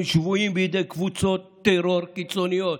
הם שבויים בידי קבוצות טרור קיצוניות.